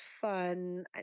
fun